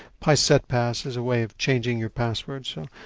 pisetpass is a way of changing your password. so,